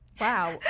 Wow